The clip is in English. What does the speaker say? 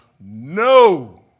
no